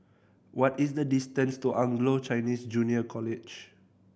what is the distance to Anglo Chinese Junior College